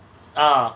uh